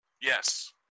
Yes